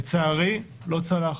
לצערי, לא צלח.